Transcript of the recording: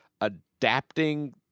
adapting